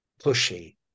pushy